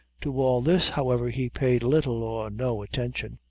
to all this, however, he paid little or no attention.